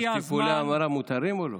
אז טיפולי המרה מותרים או לא?